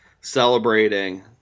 celebrating